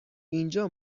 اینجا